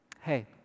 hey